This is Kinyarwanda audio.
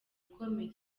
ikomeye